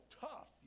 tough